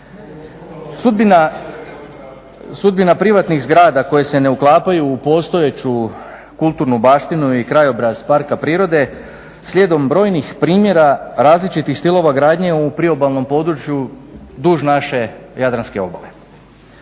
Sudbina privatnih zgrada koje se ne uklapaju u postojeću kulturnu baštinu i krajobraz parka prirode slijedom brojnih primjera različitih stilova gradnje u priobalnom području duž naše Jadranske obale.